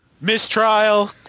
MISTRIAL